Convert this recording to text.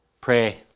pray